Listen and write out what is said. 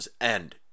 end